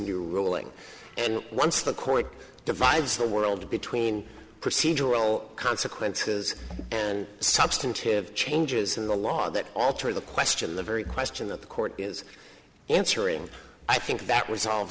new ruling and once the court divides the world between procedural consequences and substantive changes in the law that alter the question the very question that the court is answering i think that w